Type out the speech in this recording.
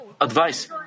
advice